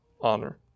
honor